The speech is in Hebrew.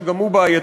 שגם הוא בעייתי,